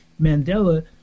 Mandela